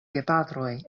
gepatroj